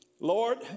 lord